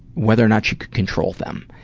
whether or not she could control them.